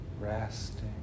resting